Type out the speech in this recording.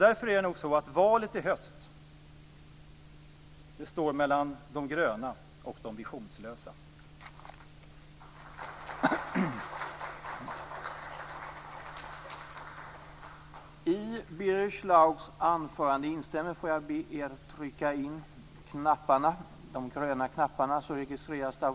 Därför är det nog så att valet i höst står mellan de gröna och de visionslösa.